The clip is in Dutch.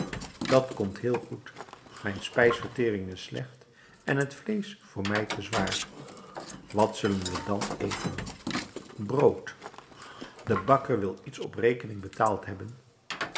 dat komt heel goed mijn spijsvertering is slecht en het vleesch voor mij te zwaar wat zullen wij dan eten brood de bakker wil iets op rekening betaald hebben